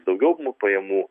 daugiau pajamų